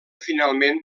finalment